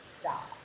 stop